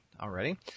already